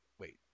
wait